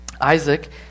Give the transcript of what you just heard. Isaac